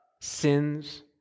sins